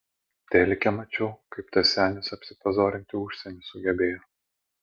telike mačiau kaip tas senis apsipazorinti užsieny sugebėjo